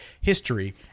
history